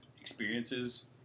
experiences